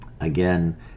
Again